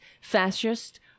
fascist